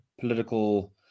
political